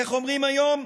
איך אומרים היום?